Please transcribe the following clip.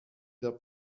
der